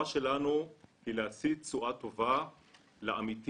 היא להשיא תשואה טובה לעמיתים